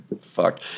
Fuck